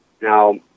Now